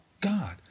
God